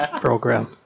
program